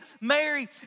Mary